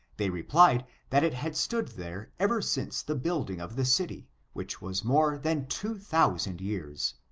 they replied that it had stood there ever since the building of the city, which was more than two thousand years.